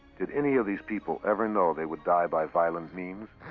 did any of these people ever know they would die by violent means?